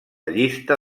llista